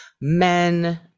men